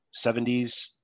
70s